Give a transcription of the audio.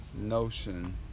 notion